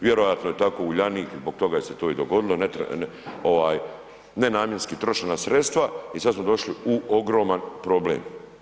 Vjerojatno je tako Uljanik zbog toga se to i dogodilo, nenamjenski trošena sredstva i sad smo došli u ogroman problem.